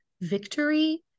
victory